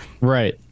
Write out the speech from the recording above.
right